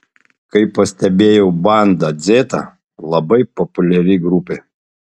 kaip pastebėjau banda dzeta labai populiari grupė